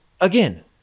again